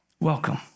Welcome